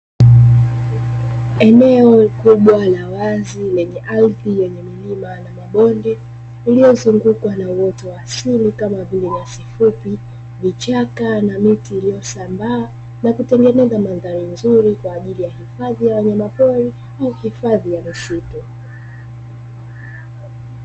Eneo kubwa la wazi lenye ardhi yenye milima na mabonde iliyozungukwa na uoto wa asili kama vile: nyasi fupi, vichaka na miti; iliyosambaa na kutengeneza mandhari nzuri kwa ajili ya hifadhi ya wanyama pori au hifadhi ya misitu.